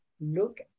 look